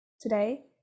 Today